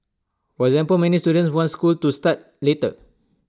for example many student want school to start later